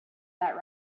that